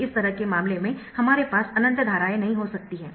तो इस तरह के मामले में हमारे पास अनंत धाराएं नहीं हो सकती है